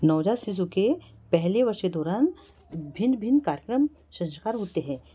नवजात शिशु के पहले वर्ष के दौरान भिन्न भिन्न कार्यक्रम संस्कार होते हैं